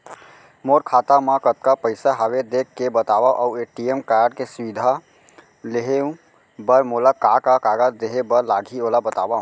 मोर खाता मा कतका पइसा हवये देख के बतावव अऊ ए.टी.एम कारड के सुविधा लेहे बर मोला का का कागज देहे बर लागही ओला बतावव?